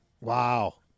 Wow